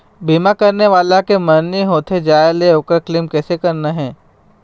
बीमा करने वाला के मरनी होथे जाय ले, ओकर क्लेम कैसे करना हे?